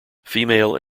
female